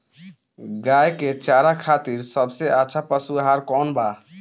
गाय के चारा खातिर सबसे अच्छा पशु आहार कौन बा?